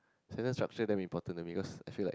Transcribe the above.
sentences structure then we bottom a bit because I feel like